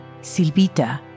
Silvita